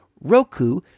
roku